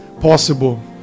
possible